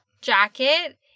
jacket